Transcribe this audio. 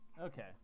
Okay